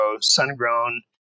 sun-grown